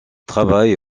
travaille